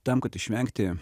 tam kad išvengti